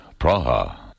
Praha